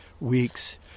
weeks